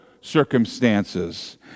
circumstances